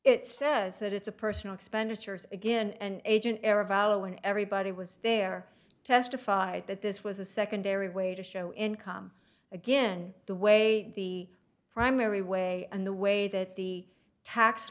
it says that it's a personal expenditures again and agent error valid when everybody was there testified that this was a secondary way to show income again the way the primary way and the way that the tax